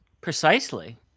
Precisely